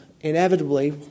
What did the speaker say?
inevitably